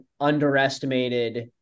underestimated